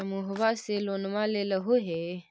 समुहवा से लोनवा लेलहो हे?